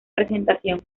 presentación